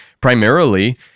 primarily